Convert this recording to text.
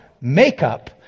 makeup